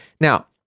Now